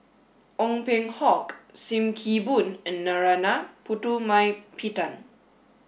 Ong Peng Hock Sim Kee Boon and Narana Putumaippittan